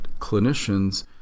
clinicians